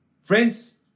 Friends